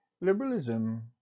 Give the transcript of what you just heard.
Liberalism